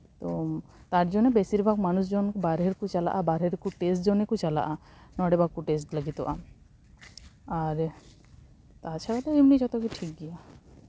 ᱛᱳ ᱛᱟᱨ ᱡᱚᱱᱱᱚ ᱵᱮᱥᱤᱨ ᱵᱷᱟᱜᱽ ᱡᱚᱱ ᱵᱟᱦᱨᱮ ᱨᱮᱠᱚ ᱪᱟᱞᱟᱜᱼᱟ ᱵᱟᱦᱨᱮ ᱨᱮ ᱴᱮᱥᱴ ᱡᱚᱱᱱᱮ ᱠᱚ ᱪᱟᱞᱟᱜᱼᱟ ᱱᱚᱰᱮ ᱵᱟᱠᱚ ᱴᱮᱥᱴ ᱞᱟᱹᱜᱤᱫᱚᱜᱼᱟ ᱟᱨ ᱛᱟᱪᱷᱟᱲᱟ ᱫᱚ ᱮᱢᱱᱤ ᱡᱚᱛᱚᱜᱮ ᱴᱷᱤᱠ ᱜᱮᱭᱟ